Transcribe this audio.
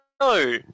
no